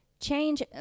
change